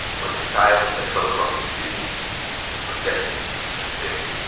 when the silence that fell across the city was deafening and thick,